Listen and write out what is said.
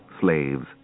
slaves